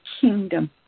kingdom